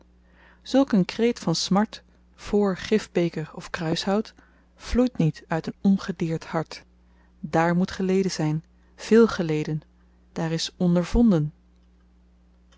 zulk een kreet van smart vr gifbeker of kruishout vloeit niet uit een ongedeerd hart dààr moet geleden zyn veel geleden daar is ondervonden